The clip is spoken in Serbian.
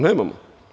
Nemamo.